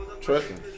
Trucking